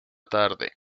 tarde